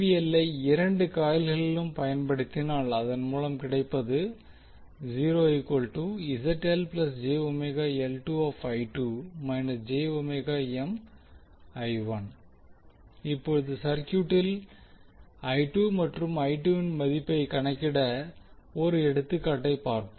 L I இரண்டு காயில்களிலும் பயன்படுத்தினால் அதன் மூலம் கிடைப்பது இப்போது சர்க்யூட்டில் மற்றும் இன் மதிப்பைக் கணக்கிட 1 எடுத்துக்காட்டை பார்ப்போம்